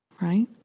Right